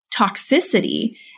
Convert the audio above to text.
toxicity